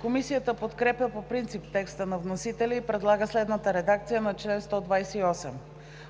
Комисията подкрепя по принцип текста на вносителя и предлага следната редакция на чл. 128: